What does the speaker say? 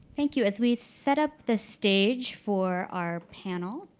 thank you, as we set up the stage for our panel,